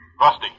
Rusty